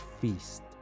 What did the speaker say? feast